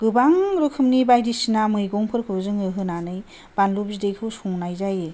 गोबां रोखोमनि बायदिसिना मैगंफोरखौ जोङो होनानै बानलु बिदैखौ संनाय जायो